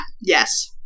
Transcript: yes